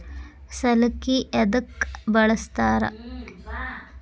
ಸಲಿಕೆ ಯದಕ್ ಬಳಸ್ತಾರ?